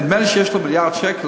נדמה לי שיש לו מיליארד שקל,